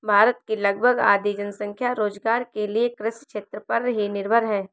भारत की लगभग आधी जनसंख्या रोज़गार के लिये कृषि क्षेत्र पर ही निर्भर है